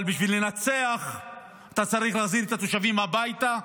אבל בשביל לנצח אתה צריך להחזיר את התושבים הביתה,